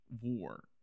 war